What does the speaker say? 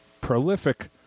prolific